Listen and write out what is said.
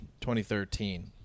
2013